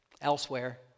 Elsewhere